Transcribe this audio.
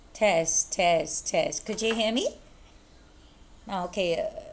test test test could you hear me now okay